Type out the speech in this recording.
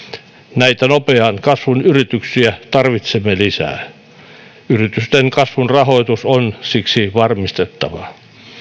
näitä nopean kasvun yrityksiä tarvitsemme lisää yritysten kasvun rahoitus on siksi varmistettava